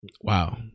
Wow